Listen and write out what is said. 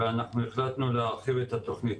ואנחנו החלטנו להרחיב את התוכנית.